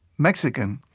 mexican.